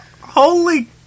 Holy